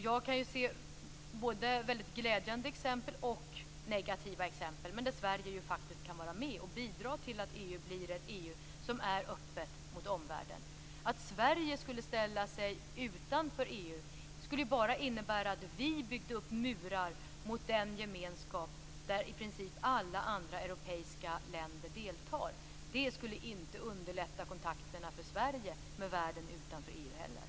Jag kan se både väldigt glädjande exempel och negativa exempel men där kan Sverige faktiskt vara med och bidra till att EU blir ett EU som är öppet mot omvärlden. Att Sverige skulle ställa sig utanför EU skulle bara innebära att vi byggde upp murar mot den gemenskap där i princip alla andra europeiska länder deltar. Det skulle inte heller underlätta kontakterna för Sverige med världen utanför EU.